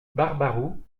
barbaroux